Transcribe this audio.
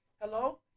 hello